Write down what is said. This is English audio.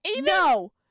No